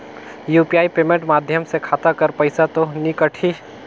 UPI payment माध्यम से खाता कर पइसा तो नी कटही?